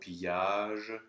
pillage